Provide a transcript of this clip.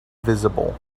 visible